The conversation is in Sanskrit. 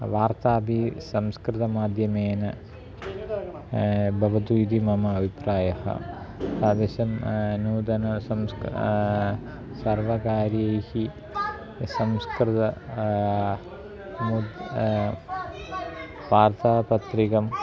वार्तापि संस्कृतमाध्यमेन भवतु इति मम अभिप्रायः तादृशं नूतनसंस्करः सर्वकार्यैः संस्कृते वार्तापत्रिकाम्